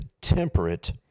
temperate